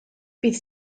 bydd